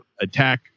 attack